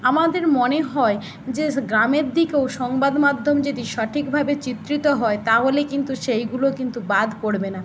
আমাদের মনে হয় যে গ্রামের দিকেও সংবাদমাধ্যম যদি সঠিকভাবে চিত্রিত হয় তাহলে কিন্তু সেইগুলো কিন্তু বাদ পড়বে না